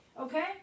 Okay